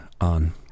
on